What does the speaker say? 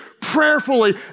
prayerfully